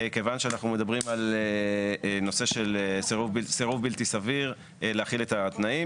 כיוון שאנחנו מדברים על נושא של סירוב בלתי סביר להחיל את התנאים.